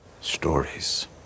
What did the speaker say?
Stories